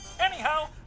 Anyhow